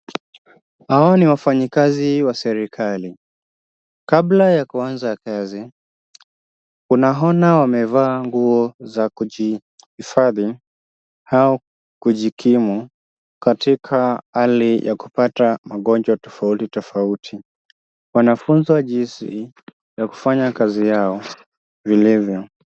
Hawa ni wafanyikazi wa serikali. Kabla ya kuanza kazi, unaona wamevaa nguo za kujihifadhi au kujikimu katika hali ya kupata magonjwa tofauti tofauti. Wanafunzwa jinsi ya kufanya kazi yao vilivyo.